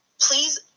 please